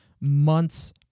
months